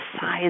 size